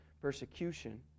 persecution